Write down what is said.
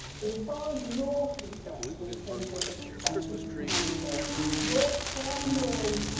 but as far as you're concerned in terms of the perspective mentor your primary